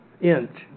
inch